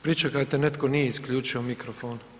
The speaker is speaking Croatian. Pričekajte, netko nije isključio mikrofon.